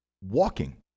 walking